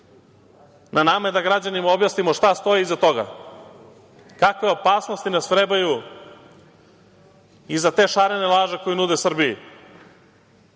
nama je da građanima objasnimo šta stoji iza toga, kakve opasnosti nas vrebaju iza te šarene laže koju nude Srbije,